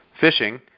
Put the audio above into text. fishing